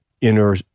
inner